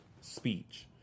speech